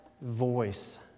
voice